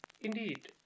Indeed